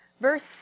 Verse